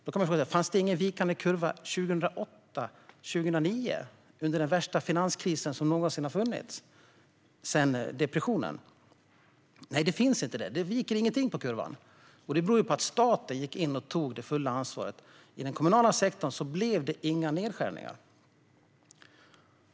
Kanske undrar någon om det inte blev en vikande kurva 2008-2009 under den värsta finanskris som någonsin har funnits sedan depressionen. Och svaret är nej, det blev det inte. Kurvan viker inte ned alls. Det beror på att staten gick in och tog det fulla ansvaret. I den kommunala sektorn gjordes inga nedskärningar.